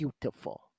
beautiful